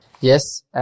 Yes